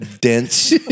dense